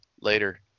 later